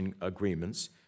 agreements